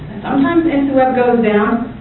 sometimes, inciweb goes down,